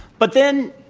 but then,